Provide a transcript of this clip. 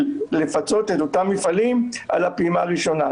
לפצות את אותם מפעלים על הפעימה הראשונה.